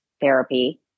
therapy